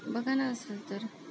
बघा ना असेल तर